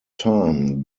time